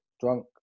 drunk